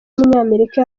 w’umunyamerika